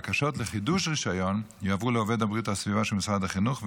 בקשות לחידוש רישיון יועברו לעובד בריאות הסביבה של משרד החינוך,